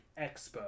Expo